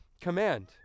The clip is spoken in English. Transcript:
command